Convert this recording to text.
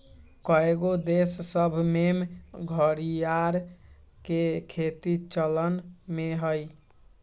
कएगो देश सभ में घरिआर के खेती चलन में हइ